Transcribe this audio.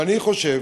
ואני חושב